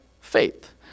faith